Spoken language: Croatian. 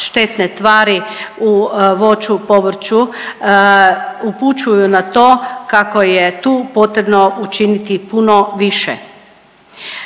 štetne tvari u voću, povrću upućuju na to kako je tu potrebno učiniti puno više.